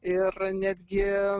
ir netgi